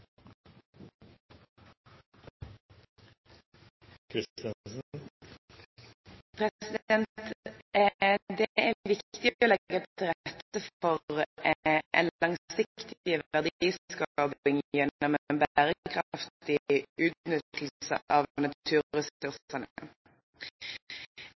debattert. Det er viktig å legge til rette for en langsiktig verdiskaping gjennom en bærekraftig utnyttelse av